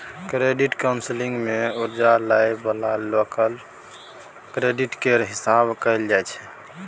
credit counselling मे कर्जा लइ बला लोकक क्रेडिट केर हिसाब कएल जाइ छै